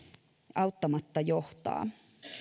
auttamatta johtaa